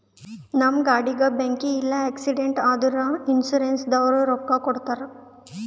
ನಮ್ ಗಾಡಿಗ ಬೆಂಕಿ ಇಲ್ಲ ಆಕ್ಸಿಡೆಂಟ್ ಆದುರ ಇನ್ಸೂರೆನ್ಸನವ್ರು ರೊಕ್ಕಾ ಕೊಡ್ತಾರ್